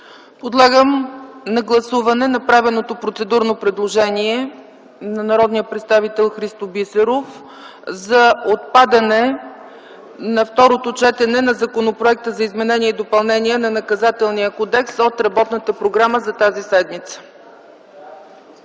Подлагам на гласуване направеното процедурно предложение на народния представител Христо Бисеров за отпадане на второто четене на Законопроекта за изменение и допълнение на Наказателния кодекс от работната програма за тази седмица.